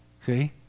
See